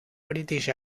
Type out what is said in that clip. british